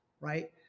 right